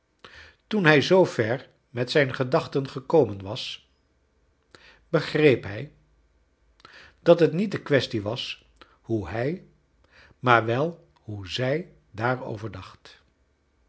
toen hij zoo ver met zijn gedachten gekomen was begreep hij dat net niet de quaestie was hoe hij maar wel hoe zij daarover dacht